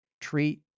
treat